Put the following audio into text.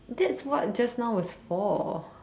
that's what just now was for